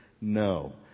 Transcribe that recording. No